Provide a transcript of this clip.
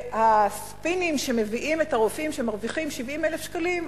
והספינים שמביאים את הרופאים שמרוויחים 70,000 שקלים,